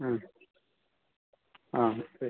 ആ ശരി